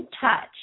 touch